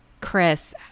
Chris